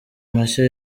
mashya